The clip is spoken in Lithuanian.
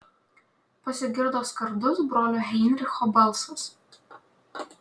pasigirdo skardus brolio heinricho balsas